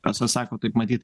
rasa sako taip matyt